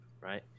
right